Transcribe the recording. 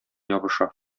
ябыша